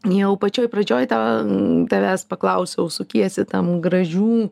jau pačioj pradžioj ten tavęs paklausiau sukiesi tam gražių